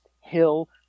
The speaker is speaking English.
hill